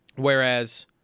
Whereas